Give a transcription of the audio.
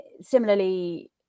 similarly